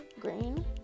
green